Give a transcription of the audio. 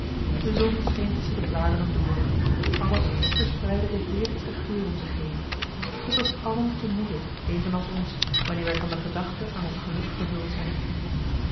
de zon scheen tusschen de bladeren door alles verspreidde den heerlijksten geur om zich heen het was allen te moede evenals ons wanneer wij van de gedachte aan ons geluk vervuld zijn